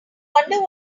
wonder